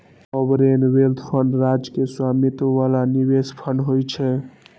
sovereign wealth fund राज्य के स्वामित्व बला निवेश फंड होइ छै